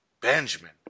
Benjamin